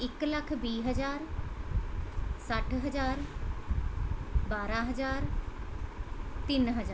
ਇੱਕ ਲੱਖ ਵੀਹ ਹਜ਼ਾਰ ਸੱਠ ਹਜ਼ਾਰ ਬਾਰ੍ਹਾਂ ਹਜ਼ਾਰ ਤਿੰਨ ਹਜ਼ਾਰ